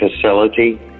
facility